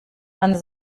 man